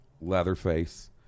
Leatherface